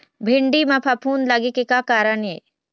भिंडी म फफूंद लगे के का कारण ये?